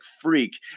freak